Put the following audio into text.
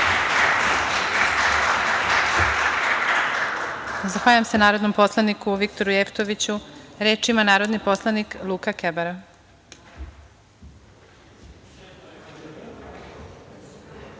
Zahvaljujem se narodnom poslaniku Viktoru Jeftoviću. Reč ima narodni poslanik Luka